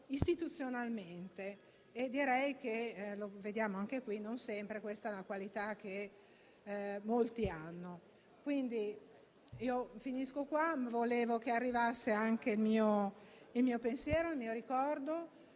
istituzionalmente e, come direi che vediamo anche qui, non sempre questa è una qualità che molti hanno. Concludo qui. Volevo che arrivassero anche il mio pensiero, il mio ricordo